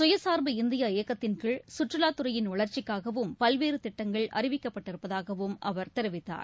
சுயசாா்பு இந்தியா இயக்கத்தின்கீழ் சுற்றுவாத்துறையின் வளர்ச்சிக்காகவும் பல்வேறுதிட்டங்கள் அறிவிக்கப்பட்டிருப்பதாகவும் அவர் தெரிவித்தார்